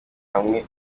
hamwe